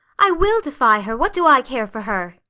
i will defy her. what do i care for her?